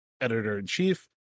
editor-in-chief